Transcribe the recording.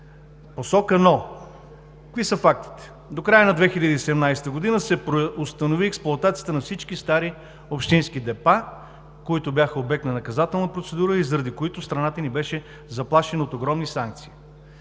посока, но какви са фактите. До края на 2017 г. се преустанови експлоатацията на всички стари общински депа, които бяха обект на наказателна процедура, заради които страната ни беше заплашена от огромни санкции.